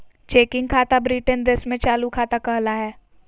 checking खाता Britain देश में चालू खाता कहला हय